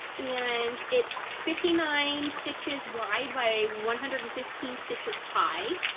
and it's fifty nine stitches wide by one hundred and fifteen stitches high,